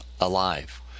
alive